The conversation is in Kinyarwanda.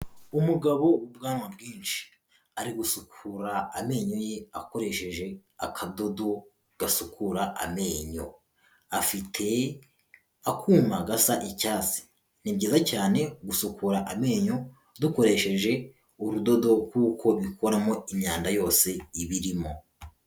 Umugabo w'ubwanwa bwinshi, ari gusukura amenyo ye akoresheje akadodo gasukura amenyo, afite akuma gasa icyatsi, ni byiza cyane gusukura amenyo dukoresheje urudodo kuko bikoramo imyanda yose iba irimo.